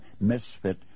misfit